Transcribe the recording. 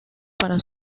para